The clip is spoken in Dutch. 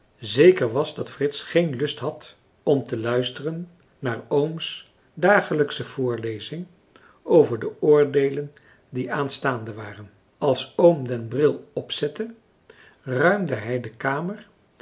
zeker was dat frits geen lust had om te luisteren naar ooms dagelijksche voorlezing over de oordeelen die aanstaande waren als oom den bril opzette ruimde hij de kamer